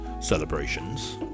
celebrations